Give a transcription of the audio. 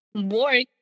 work